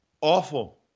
Awful